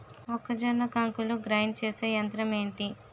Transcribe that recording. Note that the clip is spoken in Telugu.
మొక్కజొన్న కంకులు గ్రైండ్ చేసే యంత్రం ఏంటి?